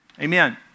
amen